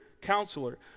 counselor